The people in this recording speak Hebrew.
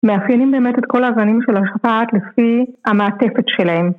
מאפיינים באמת את כל הזנים של המכפת לפי המעטפת שלהם.